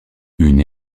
une